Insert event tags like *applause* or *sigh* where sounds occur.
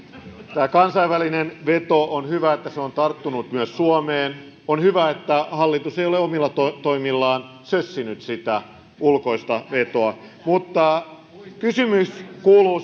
tämä kansainvälinen veto on tarttunut myös suomeen on hyvä että hallitus ei ole omilla toimillaan sössinyt sitä ulkoista vetoa mutta kysymys kuuluu *unintelligible*